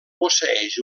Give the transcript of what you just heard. posseïx